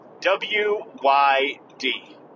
W-Y-D